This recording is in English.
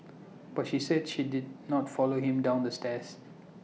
but she say she did not follow him down the stairs